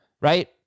Right